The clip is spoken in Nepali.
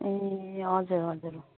ए हजुर हजुर